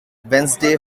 wednesday